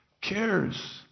cares